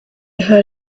heard